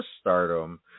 Stardom